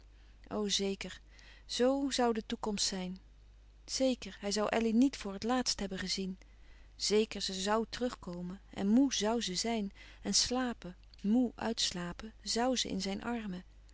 zeker zoo zoû de toekomst zijn zeker hij zoû elly niet voor het laatst hebben gezien zeker ze zoû terugkomen en moê zoû ze zijn en slapen moê uitslapen zoû ze in zijn armen